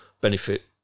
benefit